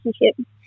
relationship